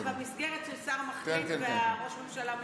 זה במסגרת של שר מחליף וראש הממשלה משנה.